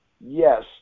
Yes